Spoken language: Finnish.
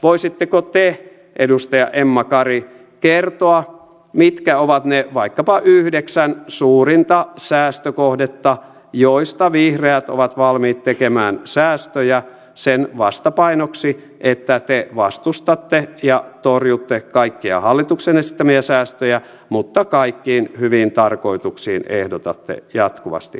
voisitteko te edustaja emma kari kertoa mitkä ovat ne vaikkapa yhdeksän suurinta säästökohdetta joista vihreät ovat valmiit tekemään säästöjä sen vastapainoksi että te vastustatte ja torjutte kaikkia hallituksen esittämiä säästöjä mutta kaikkiin hyviin tarkoituksiin ehdotatte jatkuvasti lisää rahaa